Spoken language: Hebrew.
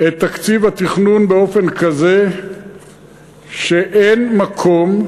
את תקציב התכנון באופן כזה שאין מקום,